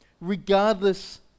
regardless